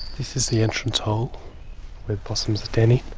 this is the entrance hole where the possums are denning.